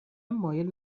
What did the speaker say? مایل